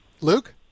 Luke